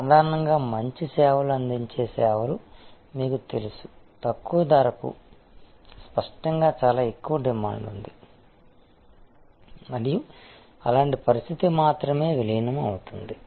సాధారణంగా మంచి సేవలు అందించే సేవలు మీకు తెలుసు తక్కువ ధరకు స్పష్టంగా చాలా ఎక్కువ డిమాండ్ ఉంది మరియు అలాంటి పరిస్థితి మాత్రమే విలీనం అవుతుంది